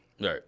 Right